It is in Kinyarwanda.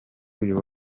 uyu